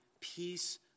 peace